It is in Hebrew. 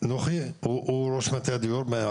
הוא ראש מטה הדיור?